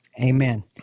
Amen